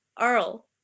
Earl